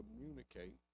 communicate